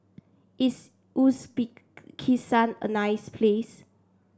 is Uzbekistan a nice place